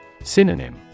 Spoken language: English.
Synonym